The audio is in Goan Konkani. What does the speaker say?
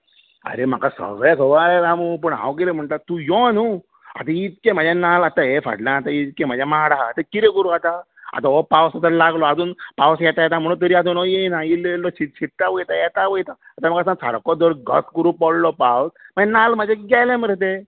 आरे म्हाका सगळें खबर आसा रे रामू पूण हांव कितें म्हणटा तूं यो न्हय आतां इतके म्हजे नाल्ल आतां हे फाटल्यान आतां इतके म्हजे माड आसा ते कितें करूं आतां आतां हो पावस सुद्दां लागलो पावस येता येता म्हणून तरी आसतना हो येना इल्लो इल्लो शिरशिरता वयता येता वयता येता वयता आतां म्हाका सांग घस्स करून पडलो पावस मागीर नाल्ल म्हाजे गेले मरे ते